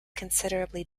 considerably